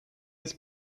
his